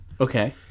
Okay